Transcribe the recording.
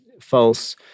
false